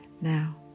Now